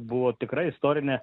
buvo tikra istorinė